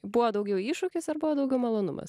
buvo daugiau iššūkis ar buvo daugiau malonumas